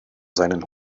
seinen